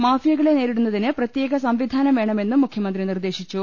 മാഫിയകളെ നേരിടുന്നതിന് പ്രത്യേക സംവിധാനം വേണമെന്നും മുഖ്യമന്ത്രി നിർദേശിച്ചു